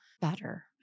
better